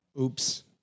Oops